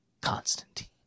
Constantine